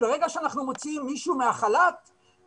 וברגע שאנחנו מוציאים מישהו מהחל"ת והוא